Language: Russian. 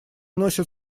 носят